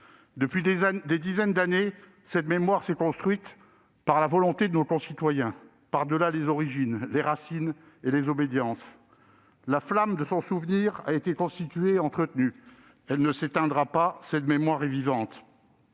Depuis des dizaines d'années, cette mémoire s'est construite par la volonté de nos concitoyens, par-delà les origines, les racines et les obédiences. La flamme de son souvenir a été allumée et entretenue. Elle ne s'éteindra pas. Cette mémoire est vivante.